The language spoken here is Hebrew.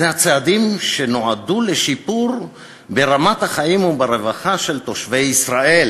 הצעדים שנועדו לשיפור ברמת החיים וברווחה של תושבי ישראל,